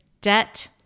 debt